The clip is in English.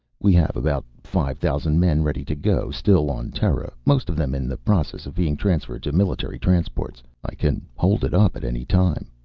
we have about five thousand men ready to go, still on terra. most of them in the process of being transferred to military transports. i can hold it up at any time.